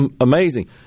amazing